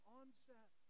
onset